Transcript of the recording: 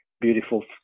beautiful